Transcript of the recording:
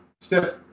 stiff